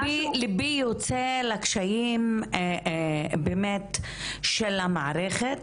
ליבי יוצא לקשיים של המערכת,